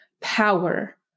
power